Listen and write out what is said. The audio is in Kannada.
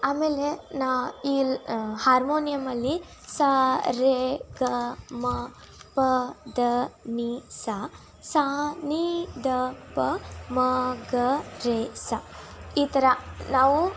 ಆಮೇಲೆ ನಾ ಈ ಹಾರ್ಮೋನಿಯಮಲ್ಲಿ ಸ ರಿ ಗ ಮ ಪ ದ ನಿ ಸ ಸ ನಿ ದ ಪ ಮ ಗ ರಿ ಸ ಈ ಥರ ನಾವು